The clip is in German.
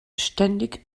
ständig